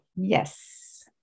Yes